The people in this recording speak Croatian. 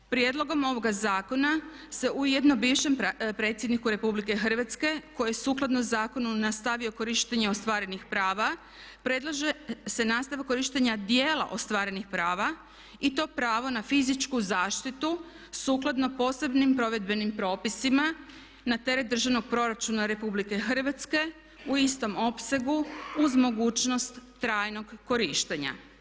Prijedlogom ovoga zakona se ujedno bivšem predsjedniku Republike Hrvatske koji je sukladno zakonu nastavio korištenje ostvarenih prava predlaže se nastavljanje korištenja dijela ostvarenih prava i to pravo na fizičku zaštitu sukladno posebnim provedbenim propisima na teret Državnog proračuna RH u istom opsegu uz mogućnost trajnog korištenja.